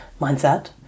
mindset